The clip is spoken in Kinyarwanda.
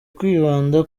kwibanda